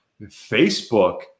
Facebook